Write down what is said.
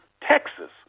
Texas